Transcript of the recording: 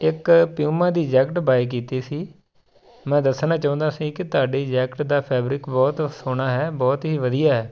ਇੱਕ ਪਿਉਮਾ ਦੀ jacket buy ਕੀਤੀ ਸੀ ਮੈਂ ਦੱਸਣਾ ਚਾਹੁੰਦਾ ਸੀ ਕਿ ਤੁਹਾਡੀ ਜੈਕਟ ਦਾ ਫੈਬਰਿਕ ਬਹੁਤ ਸੋਹਣਾ ਹੈ ਬਹੁਤ ਹੀ ਵਧੀਆ ਹੈ